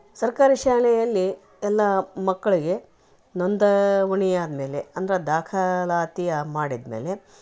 ಸರ್ಕಾರಿ ಶಾಲೆಯಲ್ಲಿ ಎಲ್ಲಾ ಮಕ್ಕಳಿಗೆ ನೊಂದಣಿಯಾದ್ಮೇಲೆ ಅಂದರೆ ದಾಖಲಾತಿ ಮಾಡಿದ್ಮೇಲೆ